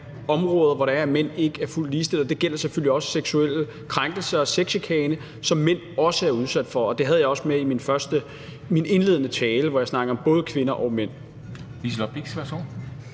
områder, hvor mænd ikke er fuldt ligestillet, og det gælder selvfølgelig også seksuelle krænkelser og sexchikane, som mænd også er udsat for. Det havde jeg også med i min indledende tale, hvor jeg snakkede om både kvinder og mænd.